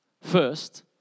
first